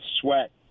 sweat